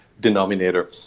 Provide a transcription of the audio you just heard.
denominator